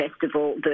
festival